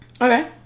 okay